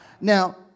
Now